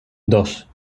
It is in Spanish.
dos